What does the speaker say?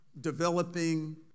developing